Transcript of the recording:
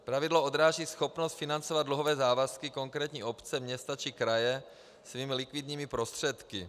Pravidlo odráží schopnost financovat dluhové závazky konkrétní obce, města či kraje svými likvidními prostředky.